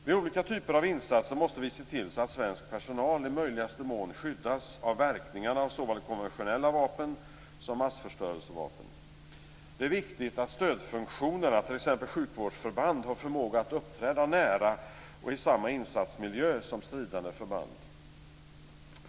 Vid olika typer av insatser måste vi se till att svensk personal i möjligaste mån skyddas för verkningar av såväl konventionella vapen som massförstörelsevapen. Det är viktigt att stödfunktionerna, t.ex. sjukvårdsförband, har förmåga att uppträda nära och i samma insatsmiljö som stridande förband.